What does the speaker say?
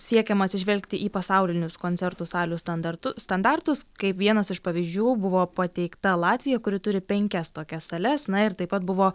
siekiama atsižvelgti į pasaulinius koncertų salių standartu standartus kaip vienas iš pavyzdžių buvo pateikta latvija kuri turi penkias tokias sales na ir taip pat buvo